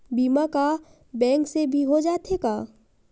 बीमा का बैंक से भी हो जाथे का?